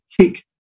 kick